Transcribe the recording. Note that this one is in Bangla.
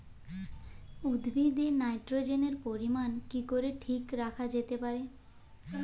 উদ্ভিদে নাইট্রোজেনের পরিমাণ কি করে ঠিক রাখা যেতে পারে?